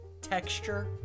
texture